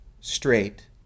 straight